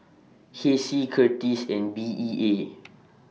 Hessie Kurtis and B E A